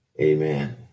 amen